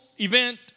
event